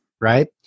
right